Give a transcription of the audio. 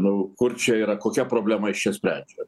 nu kur čia yra kokią problemą jis čia sprendžia